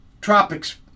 Tropics